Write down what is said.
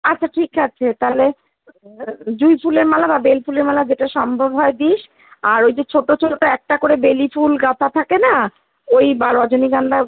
আচ্ছা ঠিক আছে তাহলে জুঁইফুলের মালা বা বেল ফুলের মালা যেটা সম্ভব হয় দিস আর ঐ যে ছোট ছোট একটা করে বেলি ফুল গাঁথা থাকে না ঐ বা রজনীগন্ধা যে